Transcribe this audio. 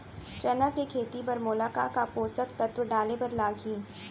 चना के खेती बर मोला का का पोसक तत्व डाले बर लागही?